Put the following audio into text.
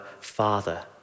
Father